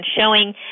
showing